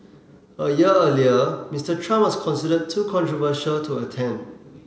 a year earlier Mister Trump was considered too controversial to attend